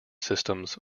systems